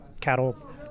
cattle